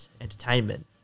entertainment